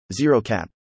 ZeroCap